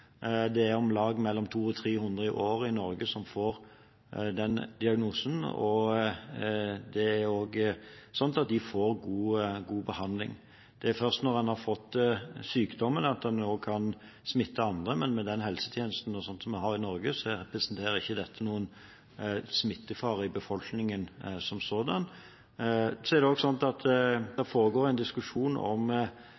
Det er mellom 2 og 300 i året i Norge som får den diagnosen, og de får god behandling. Det er først når en har fått sykdommen, at en kan smitte andre, men med den helsetjenesten som vi har i Norge, representerer ikke dette noen smittefare i befolkningen som sådan.